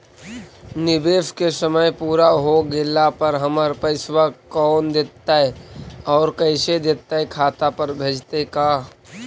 निवेश के समय पुरा हो गेला पर हमर पैसबा कोन देतै और कैसे देतै खाता पर भेजतै का?